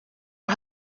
are